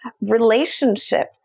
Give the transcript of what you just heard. relationships